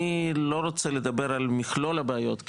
אני לא רוצה לדבר על מכלול הבעיות,